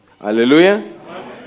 Hallelujah